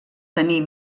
tenir